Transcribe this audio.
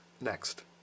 Next